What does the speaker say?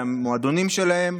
למועדונים שלהם,